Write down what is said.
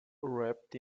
wrapped